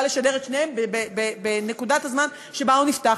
לשדר את שניהם בנקודת הזמן שבה הוא נפתח.